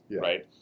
right